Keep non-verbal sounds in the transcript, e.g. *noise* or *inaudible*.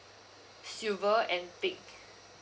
silver and pink *breath*